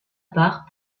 part